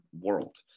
world